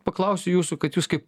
paklausiu jūsų kad jūs kaip